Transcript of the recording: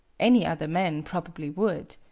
any other man probably would.